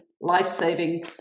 life-saving